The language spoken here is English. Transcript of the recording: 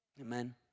amen